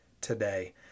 today